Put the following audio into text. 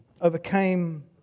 overcame